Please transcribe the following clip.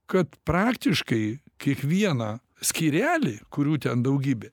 kad praktiškai kiekvieną skyrelį kurių ten daugybė